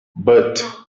but